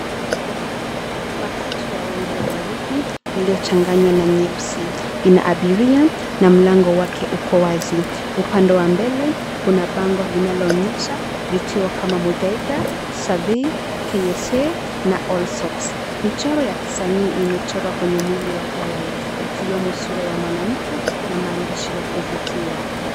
Matatu ya rangi ya waridi iliyo changanywa na nyeusi, inaabiria na mlango wake uko wazi . Upande wa mbele, kuna bango linaloonyesha vituo kama muthaiga, survey, KSA na olsops. Michoro ya kisanii imechorwa kwenye mwili wa gari , ikiwemo sura ya mwanamke na maandishi ya kuvutia.